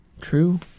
True